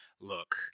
Look